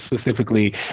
specifically